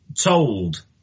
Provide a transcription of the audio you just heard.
told